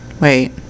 wait